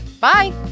Bye